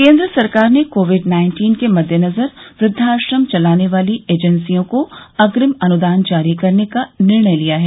केन्द्र सरकार ने कोविड महामारी के मद्देनजर वृद्वाश्रम चलाने वाली एजेंसियों को अग्रिम अनुदान जारी करने का निर्णय लिया है